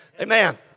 Amen